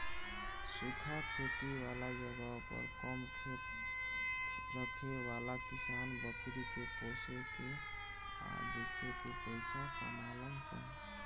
सूखा खेती वाला जगह पर कम खेत रखे वाला किसान बकरी के पोसे के आ बेच के पइसा कमालन सन